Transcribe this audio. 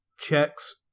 checks